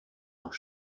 auch